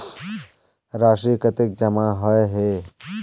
राशि कतेक जमा होय है?